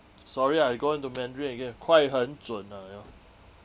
sorry ah I go into mandarin again 快狠准 ah you know